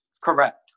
correct